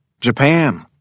Japan